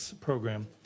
program